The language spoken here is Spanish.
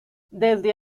desde